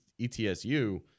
ETSU